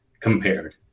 compared